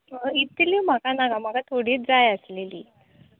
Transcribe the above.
इतली म्हाका नाका म्हाका थोडीच जाय आसलेली